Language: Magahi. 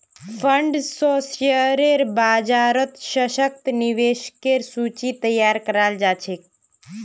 फंड स शेयर बाजारत सशक्त निवेशकेर सूची तैयार कराल जा छेक